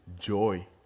joy